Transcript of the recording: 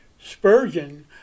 Spurgeon